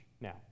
now